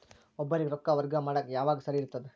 ಒಬ್ಬರಿಗ ರೊಕ್ಕ ವರ್ಗಾ ಮಾಡಾಕ್ ಯಾವಾಗ ಸರಿ ಇರ್ತದ್?